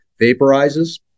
vaporizes